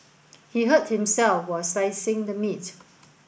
he hurt himself while slicing the meat